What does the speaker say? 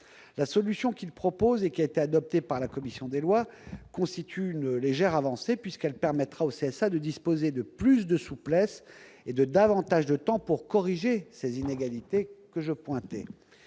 La solution qu'il propose, et qui a été adoptée par la commission des lois, constitue une légère avancée, puisqu'elle permettra au CSA de disposer de plus de souplesse et de davantage de temps de parole à distribuer pour